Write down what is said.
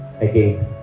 again